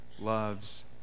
loves